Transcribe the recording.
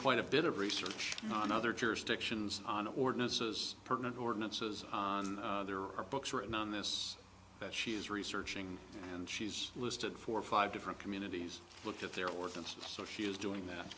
quite a bit of research on other jurisdictions on ordinances permanent ordinances there are books written on this that she is researching and she's listed four or five different communities look at their origins so she's doing that